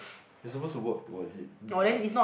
you're supposed to work towards it mm but